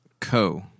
co-